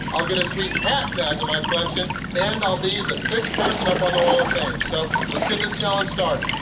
i'll get a sweet hat to add to my collection, and i'll be the sixth person up on the wall of fame! so let's get this challenge started!